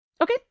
Okay